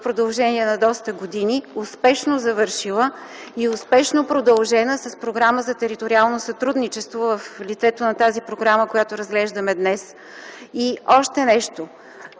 продължение на доста години, успешно завършила и успешно продължена с програма за териториално сътрудничество в лицето на тази програма, която разглеждаме днес. Още нещо,